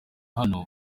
hano